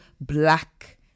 black